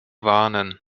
warnen